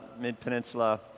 mid-peninsula